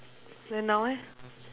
then now eh